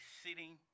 sitting